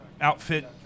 outfit